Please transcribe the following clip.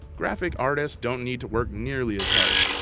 graphic artists don't need to work nearly as hard.